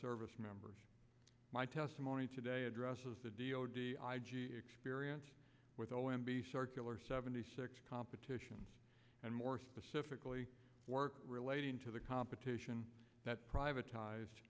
service members my testimony today addresses the d o d experience with o m b circular seventy six competitions and more specifically work relating to the competition that privatized